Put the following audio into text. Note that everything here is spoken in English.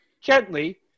gently